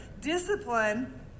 Discipline